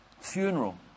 funeral